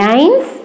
Lines